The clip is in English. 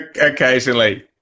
Occasionally